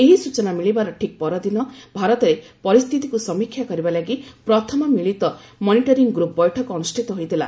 ଏହି ସୂଚନା ମିଳିବାର ଠିକ ପରଦିନ ଭାରତରେ ପରିସ୍ଥିତିକୁ ସମୀକ୍ଷା କରିବା ଲାଗି ପ୍ରଥମ ମିଳିତ ମନିଟରିଂ ଗ୍ରପ୍ ବୈଠକ ଅନୁଷ୍ଠିତ ହୋଇଥିଲା